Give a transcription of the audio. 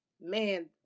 man